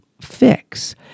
fix